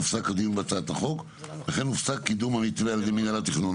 הופסק הדיון בהצעת החוק וכן הופסק קידום המתווה על ידי מינהל התכנון".